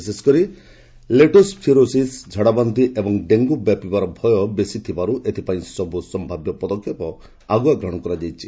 ବିଶେଷ କରି ଲେଟୋସିରୋସିସ୍ ଝାଡ଼ାବାନ୍ତି ଓ ଡେଙ୍ଗୁ ବ୍ୟାପିବାର ଭୟ ବେଶି ଥିବାରୁ ଏଥିପାଇଁ ସବୁ ସମ୍ଭାବ୍ୟ ପଦକ୍ଷେପ ଆଗୁଆ ଗ୍ରହଣ କରାଯାଇଛି